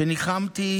כשניחמתי